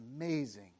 amazing